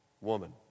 woman